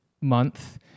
month